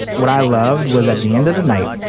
what i loved was at the end of the night,